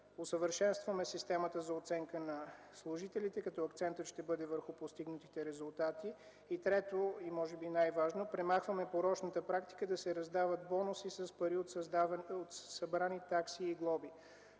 Усъвършенстваме системата за оценка на служителите, като акцентът ще бъде върху постигнатите резултати. Трето, може би най-важно, премахваме порочната практика да се раздават бонуси с пари от събрани такси и глоби.